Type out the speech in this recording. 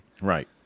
right